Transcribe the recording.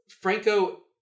Franco